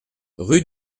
rue